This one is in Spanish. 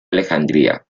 alejandría